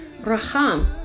Raham